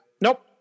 nope